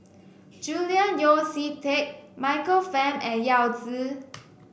Julian Yeo See Teck Michael Fam and Yao Zi